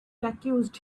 accused